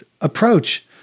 approach